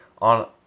on